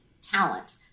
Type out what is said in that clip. talent